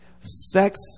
Sex